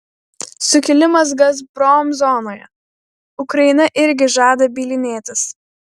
sukilimas gazprom zonoje ukraina irgi žada bylinėtis